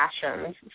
passions